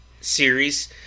series